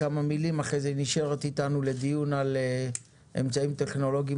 כמה מילים ואחרי זה היא נשארת איתנו לדיון על אמצעים טכנולוגיים